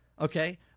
Okay